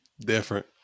Different